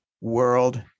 World